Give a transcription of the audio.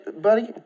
buddy